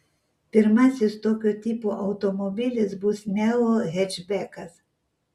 pirmasis tokio tipo automobilis bus neo hečbekas